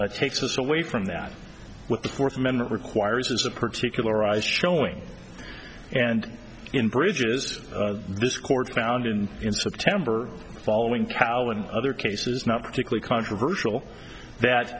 takes us away from that what the fourth amendment requires is a particular eyes showing and in bridges this court found in september following powell and other cases not particularly controversial that